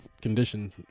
condition